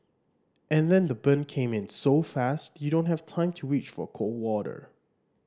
and then the burn came in so fast you don't have time to reach for cold water